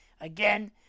again